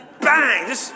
Bang